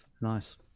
Nice